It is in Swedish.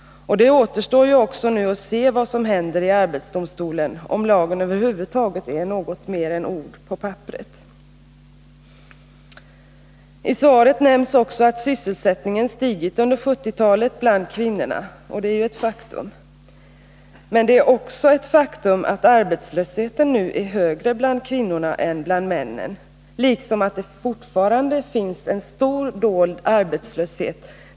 Det återstår ju nu att se vad som händer i arbetsdomstolen — om lagen över huvud taget är något mer än ord på papperet. I svaret nämns också att sysselsättningen stigit under 1970-talet bland kvinnorna. Och det är ju ett faktum. Det är också ett faktum att arbetslösheten nu är högre bland kvinnorna än bland männen, liksom att det fortfarande finns en stor dold arbetslöshet.